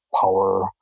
power